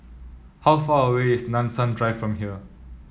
how far away is Nanson Drive from here